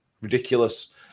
ridiculous